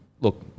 look